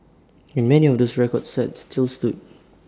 and many of those records set still stood